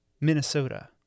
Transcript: Minnesota